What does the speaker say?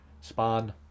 Span